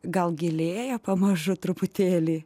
gal gilėja pamažu truputėlį